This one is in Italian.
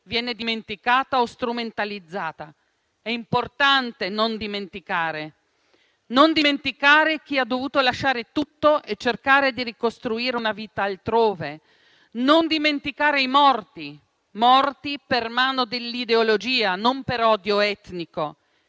viene dimenticata o strumentalizzata. È importante non dimenticare: non dimenticare chi ha dovuto lasciare tutto e cercare di ricostruire una vita altrove; non dimenticare i morti per mano dell'ideologia, non per odio etnico.